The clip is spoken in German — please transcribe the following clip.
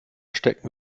stecken